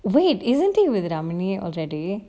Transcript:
wait isn't it with ramley already